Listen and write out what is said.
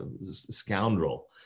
scoundrel